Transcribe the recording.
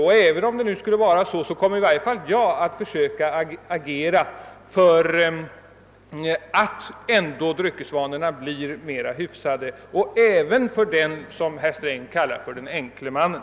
Och under alla förhållanden kommer i varje fall jag att för söka agera för att dryckesvanorna skall bli mer hyfsade också hos — som herr Sträng säger — den enkle mannen.